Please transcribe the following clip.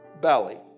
belly